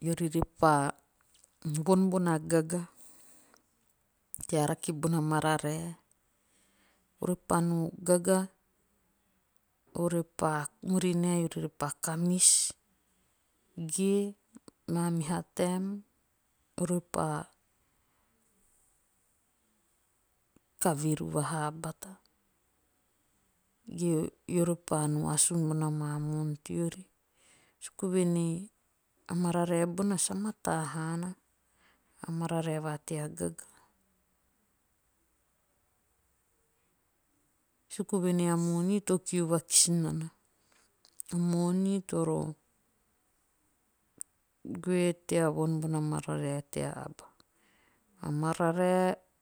eori repaa von bona gaga tea rake bona mararae. ore pa no gaga. ore pa eori repa kamis. ge maa meha taem. eori pa kaveru vahaa bata. eori pa no asun bona maa mon teori. suku vuen ei a mararae va tea gaga. suku voen ei a moni to kiu vakisi nana. A moni toro goe tea von bona mararae tea aba. A mararae